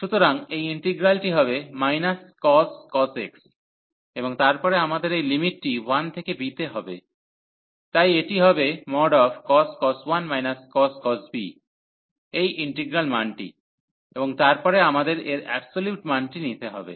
সুতরাং এই ইন্টিগ্রালটি হবে cos x এবং তারপরে আমাদের এই লিমিটটি 1 থেকে b হবে তাই এটি হবে cos 1 cos b এই ইন্টিগ্রাল মানটি এবং তারপরে আমাদের এর অ্যাবসোলিউট মানটি নিতে হবে